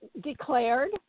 declared